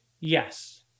Yes